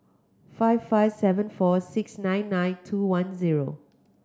five five seven four six nine nine two one zero